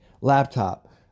laptop